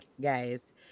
guys